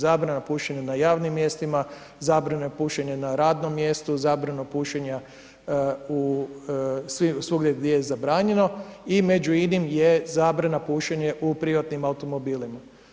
Zabrana pušenja na javnim mjestima, zabrana pušenja na radnom mjestu, zabrana pušenja u svugdje gdje je zabranjeno i među inim je zabrana pušenja u privatnim automobilima.